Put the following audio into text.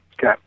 Okay